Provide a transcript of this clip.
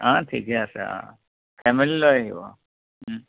অঁ ঠিকে আছে অঁ ফেমেলী লৈ আহিব